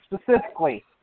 specifically